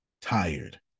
tired